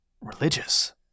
religious